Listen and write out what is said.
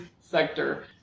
sector